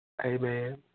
Amen